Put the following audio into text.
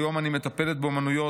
כיום אני מטפלת באומנויות,